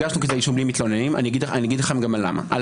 כתבי אישום בלי מתלוננים, אני אגיד לכם גם על מה.